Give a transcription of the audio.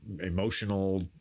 emotional